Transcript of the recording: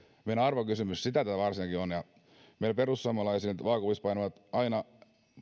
että arvokysymys tämä varsinkin on ja meillä perussuomalaisilla vaakakupissa painavat aina